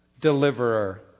deliverer